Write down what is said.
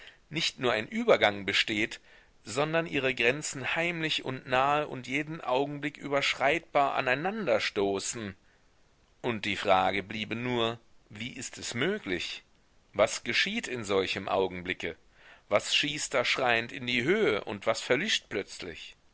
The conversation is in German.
nicht nur ein übergang besteht sondern ihre grenzen heimlich und nahe und jeden augenblick überschreitbar aneinanderstoßen und die frage bliebe nur wie ist es möglich was geschieht in solchem augenblicke was schießt da schreiend in die höhe und was verlischt plötzlich